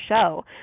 show